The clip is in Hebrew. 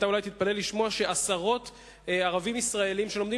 אתה אולי תתפלא לשמוע שעשרות ערבים ישראלים שלומדים